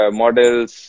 models